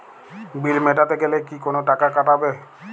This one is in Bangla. বিল মেটাতে গেলে কি কোনো টাকা কাটাবে?